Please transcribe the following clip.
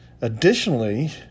additionally